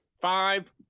Five